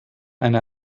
eine